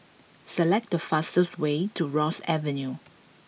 select the fastest way to Ross Avenue